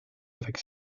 avec